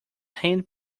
hind